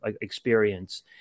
experience